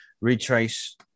retrace